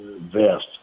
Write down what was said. vest